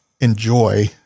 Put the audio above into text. enjoy